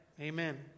Amen